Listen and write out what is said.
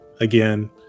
again